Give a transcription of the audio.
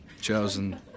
chosen